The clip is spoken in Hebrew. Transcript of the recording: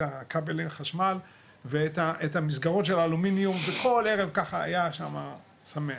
את כבלי החשמל ואת המסגרות של האלומיניום וכל ערב ככה היה שם שמח.